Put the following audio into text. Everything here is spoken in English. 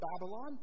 Babylon